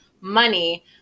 money